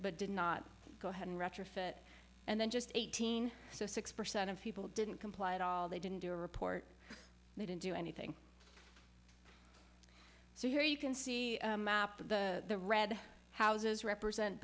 but did not go ahead and retrofit and then just eighteen so six percent of people didn't comply at all they didn't do a report they didn't do anything so here you can see the red houses represent